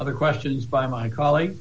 other questions by my coll